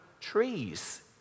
trees